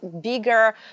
bigger